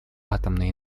атомной